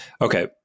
okay